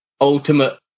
ultimate